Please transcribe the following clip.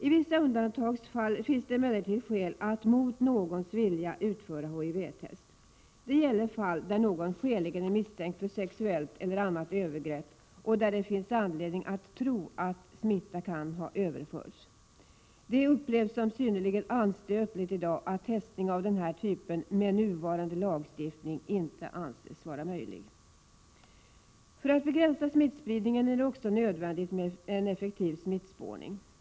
I vissa undantagsfall finns det emellertid skäl att mot någons vilja utföra HIV-test. Det gäller fall där någon är skäligen misstänkt för sexuellt övergrepp eller annat övergrepp och där det finns anledning att tro att smitta kan ha överförts. Det upplevs som synnerligen anstötligt att den här typen av testning med nuvarande lagstiftning i dag inte anses vara möjlig. För att begränsa smittspridningen är det också nödvändigt med en effektiv smittspårning.